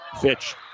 Fitch